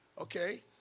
Okay